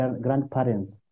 grandparents